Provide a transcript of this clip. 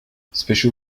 special